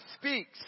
speaks